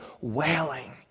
wailing